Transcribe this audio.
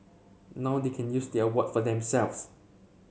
now they can use the award for themselves